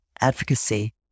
advocacy